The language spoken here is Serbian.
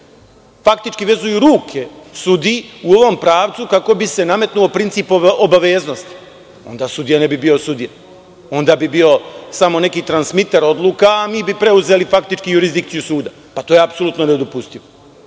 faktički vezuju ruke sudiji u ovom pravcu kako bi se nametnuo princip obaveznosti. Onda sudija ne bi bio sudija, onda bi bio samo neki transmiter odluka, a mi bi preuzeli faktički jurisdikciju suda. To je apsolutno nedopustivo. Osim